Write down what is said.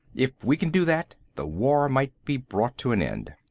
if we can do that the war might be brought to an end.